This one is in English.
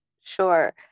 Sure